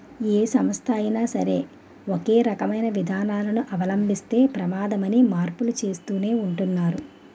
ఏ సంస్థ అయినా సరే ఒకే రకమైన విధానాలను అవలంబిస్తే ప్రమాదమని మార్పులు చేస్తూనే ఉంటున్నారు